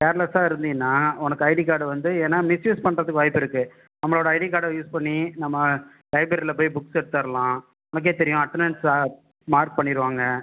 கேர்லெஸ்ஸாக இருந்தீன்னா உனக்கு ஐடி கார்டு வந்து ஏன்னா மிஸ்யூஸ் பண்ணுறதுக்கு வாய்ப்பு இருக்குது நம்மளோடய ஐடி கார்டை யூஸ் பண்ணி நம்ம லைப்ரயில் போய் புக் எடுத்துர்லாம் உனக்கே தெரியும் அட்டனன்ஸை மார்க் பண்ணிருடுவாங்க